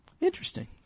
Interesting